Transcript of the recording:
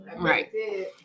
Right